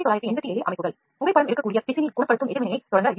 ஒளிக்கூடிய பிசினில் குணப்படுத்தும் எதிர்வினையைத் தொடங்க யு